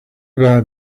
bad